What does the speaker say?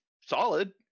solid